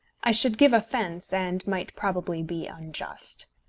i should give offence, and might probably be unjust.